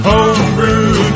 Homebrew